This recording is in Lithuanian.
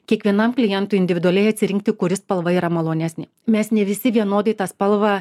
kiekvienam klientui individualiai atsirinkti kuri spalva yra malonesnė mes ne visi vienodai tą spalvą